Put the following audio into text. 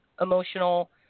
emotional